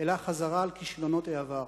אלא חזרה על כישלונות העבר.